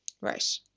Right